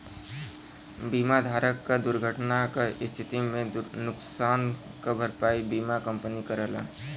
बीमा धारक क दुर्घटना क स्थिति में नुकसान क भरपाई बीमा कंपनी करला